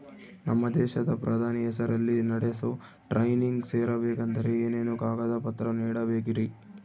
ನಮ್ಮ ದೇಶದ ಪ್ರಧಾನಿ ಹೆಸರಲ್ಲಿ ನಡೆಸೋ ಟ್ರೈನಿಂಗ್ ಸೇರಬೇಕಂದರೆ ಏನೇನು ಕಾಗದ ಪತ್ರ ನೇಡಬೇಕ್ರಿ?